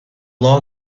law